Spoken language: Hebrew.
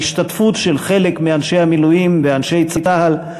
ההשתתפות של חלק מאנשי המילואים ואנשי צה"ל,